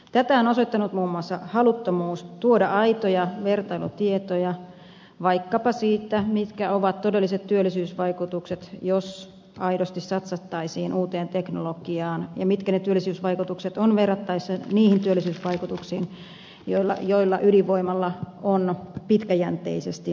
tätä on osoittanut muun muassa haluttomuus tuoda aitoja vertailutietoja vaikkapa siitä mitkä ovat todelliset työllisyysvaikutukset jos aidosti satsattaisiin uuteen teknologiaan ja mitkä ne työllisyysvaikutukset ovat verrattaessa niihin työllisyysvaikutuksiin joita ydinvoimalla on pitkäjänteisesti ja pitkäkestoisesti